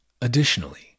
Additionally